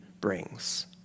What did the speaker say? brings